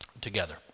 together